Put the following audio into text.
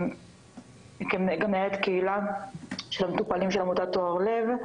אני גם מנהלת קהילה של עמותת טוהר לב,